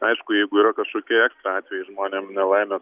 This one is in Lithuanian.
aišku jeigu yra kažkokie ekstra atvejai žmonėm nelaimė